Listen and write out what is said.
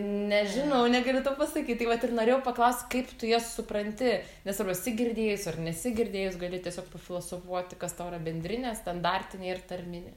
nežinau negaliu tau pasakyt tai vat ir norėjau paklaust kaip tu jas supranti nesvarbu esi girdėjus ar nesi girdėjus gali tiesiog pafilosofuoti kas tau yra bendrinė standartinė ir tarminė